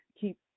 keep –